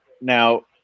now